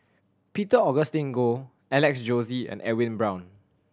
Peter Augustine Goh Alex Josey and Edwin Brown